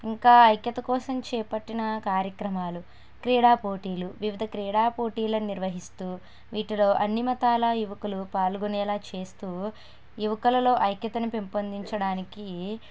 ఇంకా ఐక్యత కోసం చేపట్టిన కార్యక్రమాలు క్రీడా పోటీలు వివిధ క్రీడా పోటీలను నిర్వహిస్తు వీటిలో అన్నీ మతాల యువకులు పాల్గొనేలాగ చేస్తు యువకులలో ఐక్యతను పెంపొందించడానికి